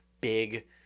big